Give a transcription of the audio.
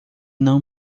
não